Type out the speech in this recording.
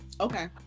Okay